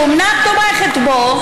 שאומנם תומכת בו,